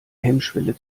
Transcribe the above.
hemmschwelle